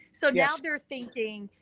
so now they're thinking,